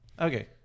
Okay